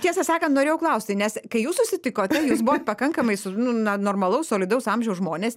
tiesą sakant norėjau klausti nes kai jūs susitikote jūs buvot pakankamai su nu normalaus solidaus amžiaus žmonės